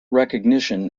recognition